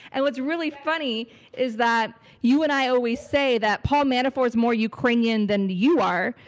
and what's really funny is that you and i always say that paul manafort's more ukrainian than you are,